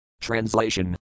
Translation